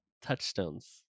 touchstones